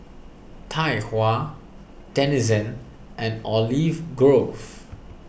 Tai Hua Denizen and Olive Grove